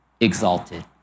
exalted